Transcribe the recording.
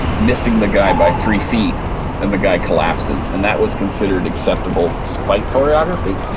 missing the guy by three feet and the guy collapses. and that was considered acceptable fight choreography.